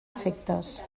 efectes